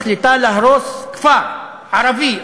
מחליטה להרוס כפר ערבי,